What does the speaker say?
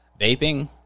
vaping